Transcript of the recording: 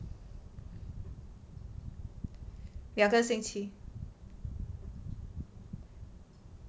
两个星期